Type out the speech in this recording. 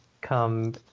come